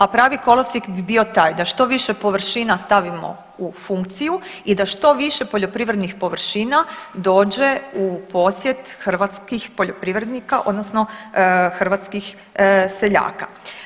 A pravi kolosijek bi bio taj da što više površina stavimo u funkciji i da što više poljoprivrednih površina dođe u posjed hrvatskih poljoprivrednika odnosno hrvatskih seljaka.